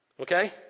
Okay